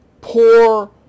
poor